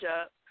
up